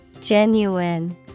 Genuine